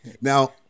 Now